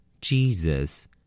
Jesus